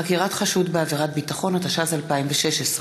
8) (חקירת חשוד בעבירת ביטחון), התשע"ז 2016,